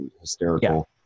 hysterical